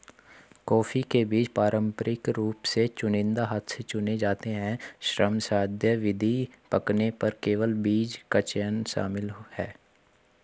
coffee के बीज पारंपरिक रूप से चुनिंदा हाथ से चुने जाते हैं, श्रमसाध्य विधि, पकने पर केवल बीज का चयन शामिल है